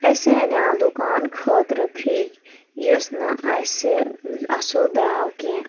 اسہِ انیٛاو دُکان خٲطرِ فرٛج یُس نہٕ اسہِ ٲں اصٕل درٛاو کیٚنٛہہ